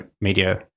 media